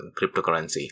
cryptocurrency